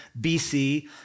BC